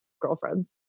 girlfriends